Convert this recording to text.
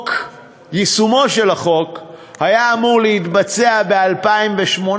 יישומו של החוק היה אמור להתבצע ב-2018,